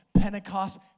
Pentecost